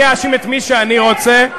אני אאשים את מי שאני רוצה.